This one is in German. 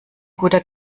guter